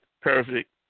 perfect